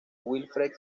wilfred